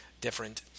Different